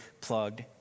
plugged